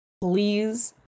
please